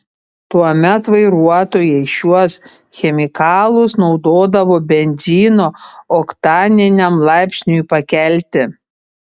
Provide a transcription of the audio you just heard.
tuomet vairuotojai šiuos chemikalus naudodavo benzino oktaniniam laipsniui pakelti